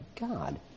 God